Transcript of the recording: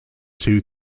two